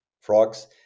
frogs